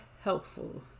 helpful